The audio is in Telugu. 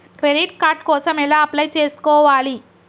క్రెడిట్ కార్డ్ కోసం ఎలా అప్లై చేసుకోవాలి?